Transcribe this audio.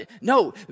No